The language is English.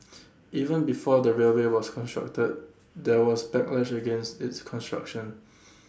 even before the railway was constructed there was backlash against its construction